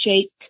shake